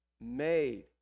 made